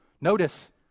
Notice